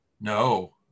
No